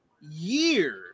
year